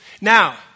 Now